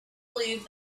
believed